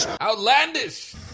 Outlandish